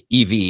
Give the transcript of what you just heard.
EV